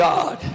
God